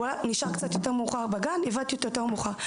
לסייעת שהוא נשאר קצת יותר מאוחר בגן כי הבאתי אותו יותר מאוחר.